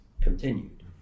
continued